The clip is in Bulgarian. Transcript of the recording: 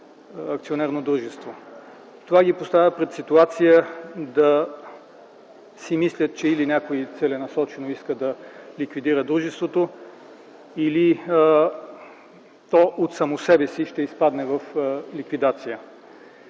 която те са изпълнили. Това ги поставя пред ситуация да си мислят, че или някой целенасочено иска да ликвидира дружеството, или то от само себе си ще изпадне в ликвидация.